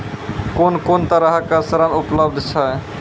कून कून तरहक ऋण उपलब्ध छै?